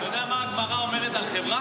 אתה יודע מה הגמרא אומרת על חברה?